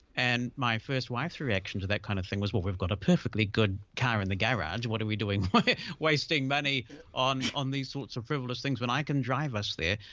and my first wife's reaction to that kind of thing was well we've got a perfectly good car in the garage, what are we doing wasting money on on these sorts of frivolous things when i can drive us there.